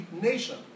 nation